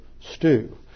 stew